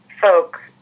folk